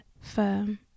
firm